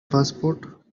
passport